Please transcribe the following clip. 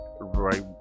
right